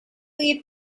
you